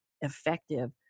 effective